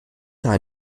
daher